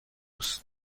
است